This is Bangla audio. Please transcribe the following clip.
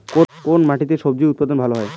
কোন মাটিতে স্বজি উৎপাদন ভালো হয়?